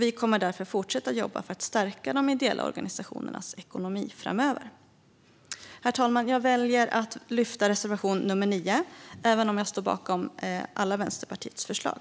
Vi kommer därför att fortsätta att jobba för att stärka de ideella organisationernas ekonomi framöver. Herr talman! Jag väljer att yrka bifall endast till reservation 9 även om jag står bakom alla Vänsterpartiets förslag.